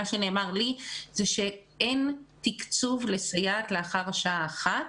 שנאמר לי זה שאין תקצוב לסייעת לאחר השעה אחת,